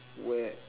where